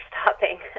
stopping